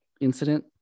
incident